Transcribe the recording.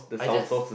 I just